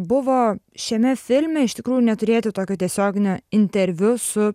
buvo šiame filme iš tikrųjų neturėti tokio tiesioginio interviu su